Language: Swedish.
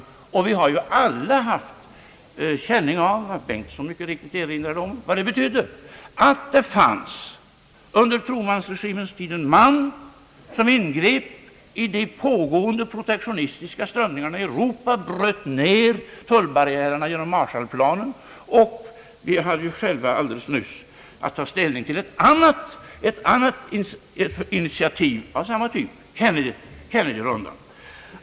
Som herr Bengtson mycket riktigt erinrade om har vi alla haft känning av vad det betydde att det under Trumanregimens tid fanns en man som ingrep i de pågående protektionistiska strömningarna i Europa och bröt ned tullbarriärerna genom Marshallplanen. Vi hade ju själva alldeles nyss att ta ställning till ett annat initiativ av samma typ, Kennedyrundan.